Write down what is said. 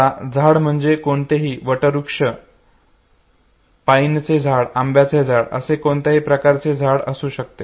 आता झाड म्हणजे कोणतेही वटवृक्ष पाइनचे झाड आंब्याचे झाड असे कोणत्याही प्रकारचे झाड असू शकते